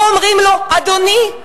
פה אומרים לו: אדוני,